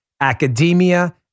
academia